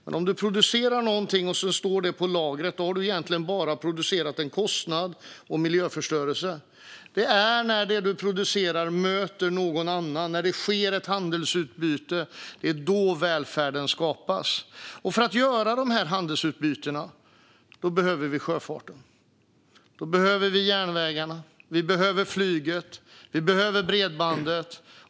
Men om du producerar någonting som står på lagret har du egentligen bara producerat en kostnad och miljöförstöring. Det är när det du producerar möter någon annan, när det sker ett handelsutbyte, som välfärden skapas. För att göra de här handelsutbytena behöver vi sjöfarten. Vi behöver järnvägarna, vi behöver flyget och vi behöver bredbandet.